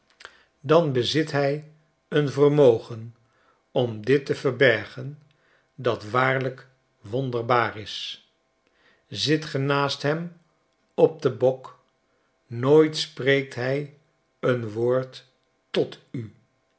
dan bezit hij een vermogen om dit te verbergen dat waarlijk wonderbaar is zit ge naast hem op den bok nooit spreekt hij een woord tot u